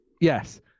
Yes